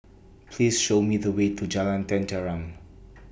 Please Show Me The Way to Jalan Tenteram